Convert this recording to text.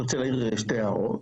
אני רוצה להעיר שתי הערות,